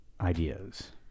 ideas